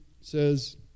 says